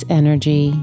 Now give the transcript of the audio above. energy